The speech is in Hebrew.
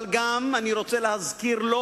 אבל אני גם רוצה להזכיר לו